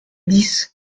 dix